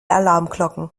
alarmglocken